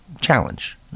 challenge